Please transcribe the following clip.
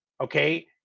okay